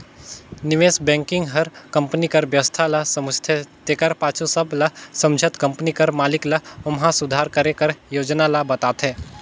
निवेस बेंकिग हर कंपनी कर बेवस्था ल समुझथे तेकर पाछू सब ल समुझत कंपनी कर मालिक ल ओम्हां सुधार करे कर योजना ल बताथे